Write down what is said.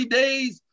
days